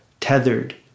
tethered